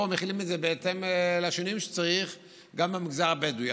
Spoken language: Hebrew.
פה מחילים את זה גם על המגזר הבדואי,